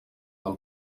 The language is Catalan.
del